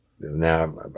Now